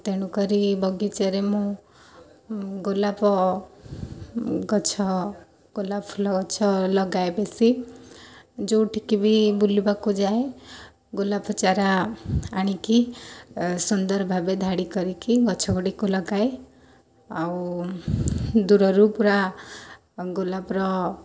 ତେଣୁକରି ବଗିଚାରେ ମୁଁ ଗୋଲାପ ଗଛ ଗୋଲାପ ଫୁଲ ଗଛ ଲଗାଏ ବେଶୀ ଯେଉଁଠିକି ବି ବୁଲିବାକୁ ଯାଏ ଗୋଲାପ ଚାରା ଆଣିକି ସୁନ୍ଦର ଭାବେ ଧାଡ଼ି କରିକି ଗଛ ଗୁଡ଼ିକୁ ଲଗାଏ ଆଉ ଦୂରରୁ ପୁରା ଗୋଲାପର